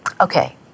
okay